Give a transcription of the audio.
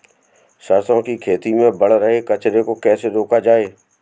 सरसों की खेती में बढ़ रहे कचरे को कैसे रोका जाए?